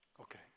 Okay